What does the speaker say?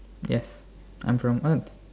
yes I'm from earth